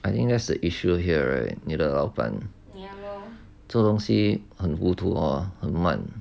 I think that's the issue here right 你的老板做东西很糊涂很慢